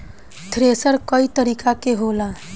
thresher कई तरीका के होला